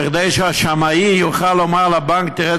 כדי שהשמאי יוכל לומר לבנק: תראה,